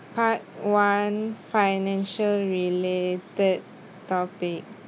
part one financial related topic